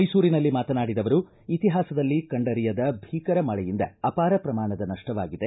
ಮೈಸೂರಿನಲ್ಲಿ ಮಾತನಾಡಿದ ಅವರು ಇತಿಹಾಸದಲ್ಲಿ ಕಂಡರಿಯದ ಭೀಕರ ಮಳೆಯಿಂದ ಅಪಾರ ಪ್ರಮಾಣದ ನಷ್ಟವಾಗಿದೆ